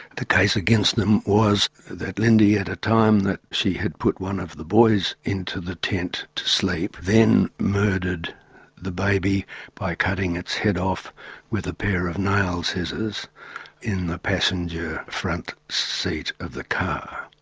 the case against them was that lindy, at a time that she had put one of the boys into the tent to sleep, then murdered the baby cutting its head off with a pair of nail scissors in the passenger front seat of the car,